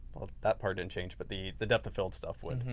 that part didn't change but the the depth of field stuff would,